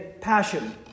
passion